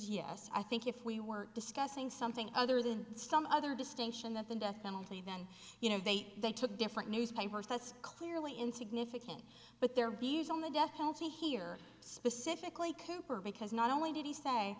yes i think if we were discussing something other than some other distinction that the death penalty then you know they they took different newspapers that's clearly in significant but their views on the death penalty here specifically cooper because not only did he say